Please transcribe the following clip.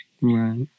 Right